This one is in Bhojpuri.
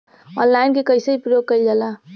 ऑनलाइन के कइसे प्रयोग कइल जाला?